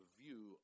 view